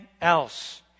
else